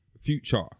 future